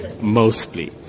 mostly